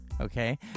okay